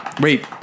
Wait